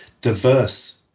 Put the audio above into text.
diverse